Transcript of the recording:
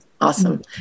Awesome